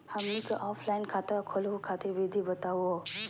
हमनी क ऑफलाइन खाता खोलहु खातिर विधि बताहु हो?